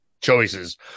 choices